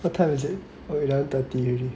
what time is it oh eleven thirty already